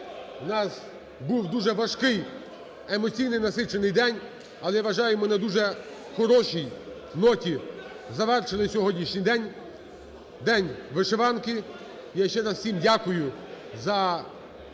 У нас був дуже важкий емоційний, насичений день, але я вважаю, ми на дуже хорошій ноті завершили сьогоднішній день – День вишиванки. Я ще раз всім дякую за